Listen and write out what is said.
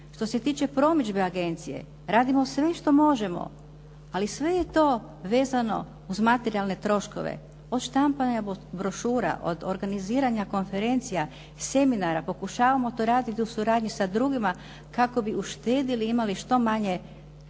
Što se tiče promidžbe agencije, radimo sve što možemo. Ali sve je to vezano uz materijalne troškove. Od štampanja brošura, od organiziranja konferencija, seminara, pokušavamo to raditi u suradnji sa drugima kako bi uštedili i imali što manje